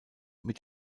mit